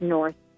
North